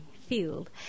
field